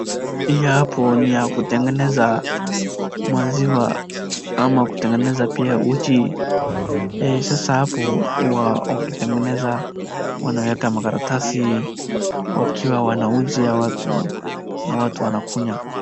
Hii hapo ni ya kutengeneza maziwa ama kutengeneza pia uji. Sasa hapa wakitengeneza wanaleta makaratasi wakiwa wanauzia watu na watu wanakunywa.